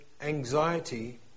anxiety